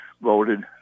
voted